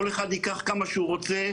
כל אחד ייקח כמה שהוא רוצה,